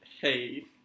hey